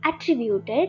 attributed